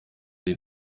den